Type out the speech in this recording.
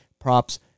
props